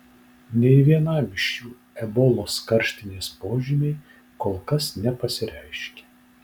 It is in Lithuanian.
nei vienam iš jų ebolos karštinės požymiai kol kas nepasireiškė